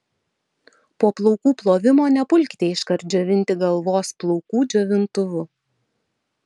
po plaukų plovimo nepulkite iškart džiovinti galvos plaukų džiovintuvu